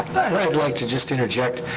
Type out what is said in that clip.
i'd like to just interject.